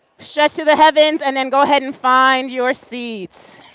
stretch to the heavens and then go ahead and find your seat.